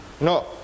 No